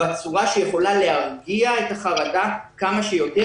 בצורה שיכולה להרגיע את החרדה כמה שיותר